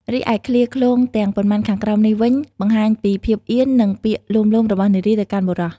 រីឯឃ្លាឃ្លោងទាំងប៉ុន្មានខាងក្រោមនេះវិញបង្ហាញពីភាពអៀន និងពាក្យលួងលោមរបស់នារីទៅកាន់បុរស។